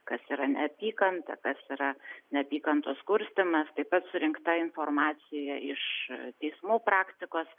kas yra neapykanta kas yra neapykantos kurstymas taip pat surinkta informacija iš teismų praktikos